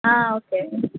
okay